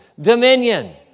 dominion